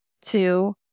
two